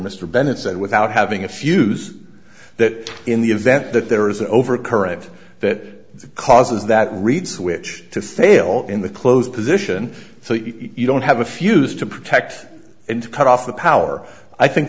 mr bennett said without having a fuse that in the event that there is an overcurrent that causes that reed switch to fail in the closed position so you don't have a fuse to protect and cut off the power i think